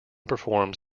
performs